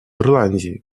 ирландии